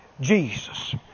Jesus